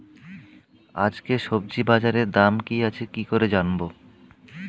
আজকে সবজি বাজারে দাম কি আছে কি করে জানবো?